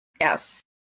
Yes